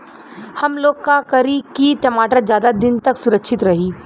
हमलोग का करी की टमाटर ज्यादा दिन तक सुरक्षित रही?